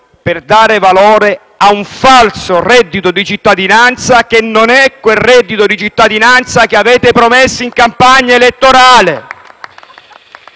per dare valore a un falso reddito di cittadinanza, che non è quel reddito di cittadinanza che avete promesso in campagna elettorale.